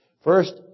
First